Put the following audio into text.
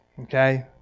Okay